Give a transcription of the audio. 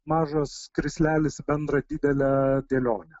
mažas krislelis į bendrą didelę dėlionę